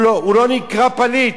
הוא לא נקרא פליט,